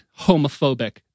homophobic